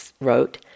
wrote